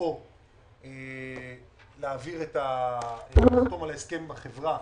או להעביר את הפטור להסכם בחברה